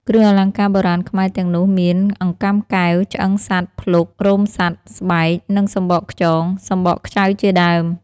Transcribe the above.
គ្រឿងអលង្ការបុរាណខ្មែរទាំងនោះមាន អង្កាំកែវ ឆ្អឹងសត្វ/ភ្លុក រោមសត្វ/ស្បែក និងសំបកខ្យង/សំបកខ្ចៅជាដើម។